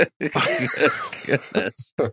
Goodness